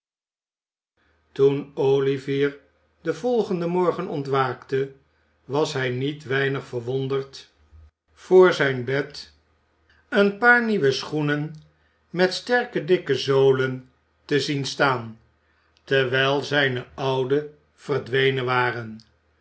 toen olivier den volgenden morgen ontwaakte was hij niet weinig verwonderd voor zijn bed een paar nieuwe schoenen met sterke dikke zolen te zien staan terwijl zijne oude verdwenen waren